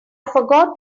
forgot